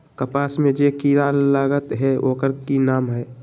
कपास में जे किरा लागत है ओकर कि नाम है?